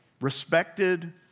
respected